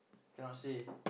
cannot say